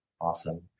Awesome